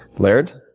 laird?